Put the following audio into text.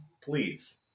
please